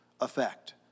effect